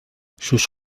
sus